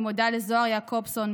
אני מודה לזוהר יעקובסון,